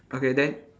okay then